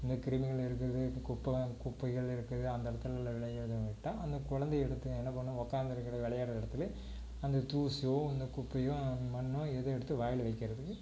இந்தக் கிருமிகள் இருக்கிறது கு குப்பைலாம் குப்பைகள் இருக்கிறது அந்த இடத்துல விளையாட விட்டால் அந்தக் கொழந்தை எடுத்து என்ன பண்ணும் உக்காந்துருக்கற விளையாட்ற இடத்துலே அந்தத் தூசியோ அந்தக் குப்பையோ மண்ணோ ஏதோ எடுத்து வாயில் வைக்கிறதுக்கு